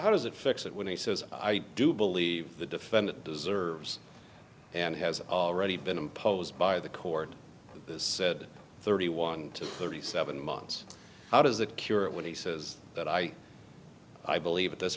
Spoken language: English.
how does it fix it when he says i do believe the defendant deserves and has already been imposed by the court said thirty one to thirty seven months how does that cure it when he says that i believe at this